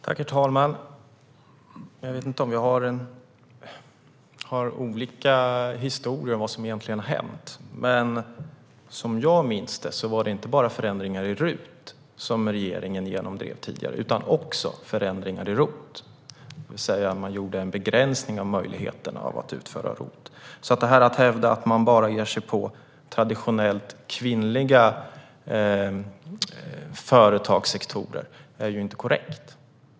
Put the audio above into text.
Herr talman! Jag vet inte om vi har olika uppfattning om vad som egentligen har hänt. Som jag minns det var det inte bara förändringar gällande RUT som regeringen genomdrev tidigare utan också förändringar i ROT - man införde en begränsning av möjligheterna att använda ROT. Att hävda att man bara ger sig på traditionellt kvinnliga företagssektorer är inte korrekt.